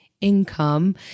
income